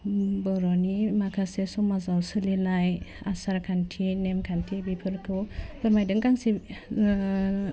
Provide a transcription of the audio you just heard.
ओम बर'नि माखासे समाजाव सोलिनाय आसार खान्थि नेम खान्थि बेफोरखौ फोरमायदों गांसे